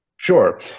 Sure